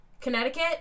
connecticut